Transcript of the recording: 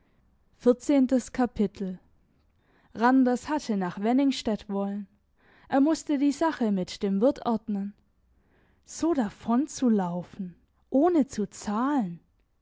randers hatte nach wenningstedt wollen er musste die sache mit dem wirt ordnen so davon zu laufen ohne zu zahlen